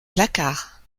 placards